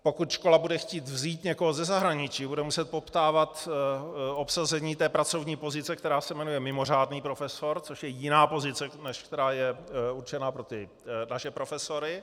Pokud škola bude chtít vzít někoho ze zahraničí, bude muset poptávat obsazení té pracovní pozice, která se jmenuje mimořádný profesor, což je jiná pozice, než která je určena pro ty naše profesory.